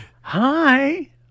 Hi